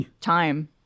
time